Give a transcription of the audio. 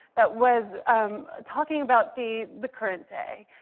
that was talking about the the current day.